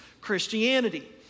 Christianity